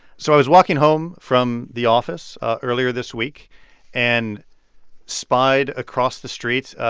so i was walking home from the office earlier this week and spied, across the street,